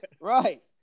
right